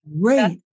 great